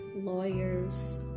lawyers